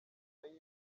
nyuma